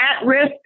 at-risk